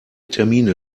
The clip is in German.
termine